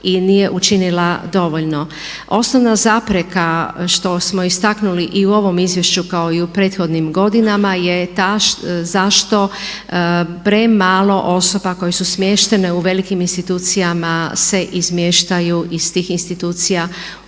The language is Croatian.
i nije učinila dovoljno? Osnovna zapreka što smo istaknuli i u ovom izvješću kao i u prethodnim godinama je ta zašto premalo osoba koje su smještene u velikim institucijama se izmještaju iz tih institucija u neke